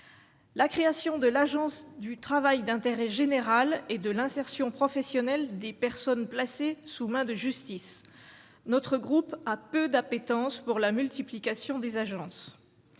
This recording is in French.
la création de l'Agence du travail d'intérêt général et de l'insertion professionnelle des personnes placées sous main de justice, notre groupe a peu d'appétence pour la multiplication des agences